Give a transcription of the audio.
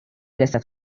رسد